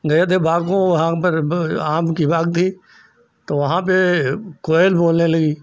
गए थे बाग को वहाँ पर आम की बाग़ थी तो वहाँ पर कोयल बोलने लगी